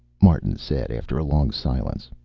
martin said, after a long silence.